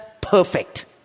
perfect